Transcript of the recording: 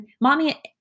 mommy